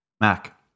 Mac